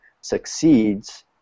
succeeds